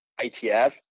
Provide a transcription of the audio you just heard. ITF